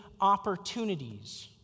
opportunities